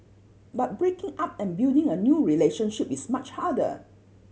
but breaking up and building a new relationship is much harder